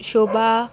शोभा